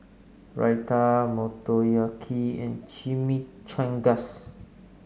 Raita Motoyaki and Chimichangas